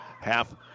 half